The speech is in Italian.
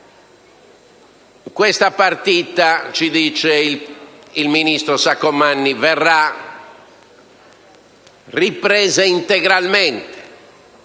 Questa partita, ci dice il ministro Saccomanni, verrà ripresa integralmente